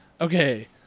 Okay